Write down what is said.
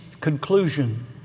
conclusion